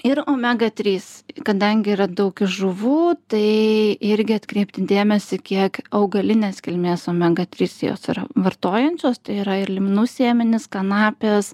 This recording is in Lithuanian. ir omega trys kadangi yra daug iš žuvų tai irgi atkreipti dėmesį kiek augalinės kilmės omega trys jos yra vartojančios tai yra ir linų sėmenys kanapės